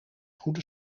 goede